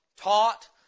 taught